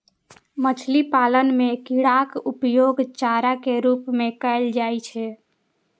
मछली पालन मे कीड़ाक उपयोग चारा के रूप मे कैल जाइ छै